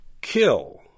kill